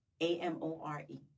A-M-O-R-E